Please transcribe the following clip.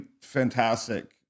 fantastic